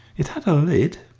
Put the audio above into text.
it had a lid,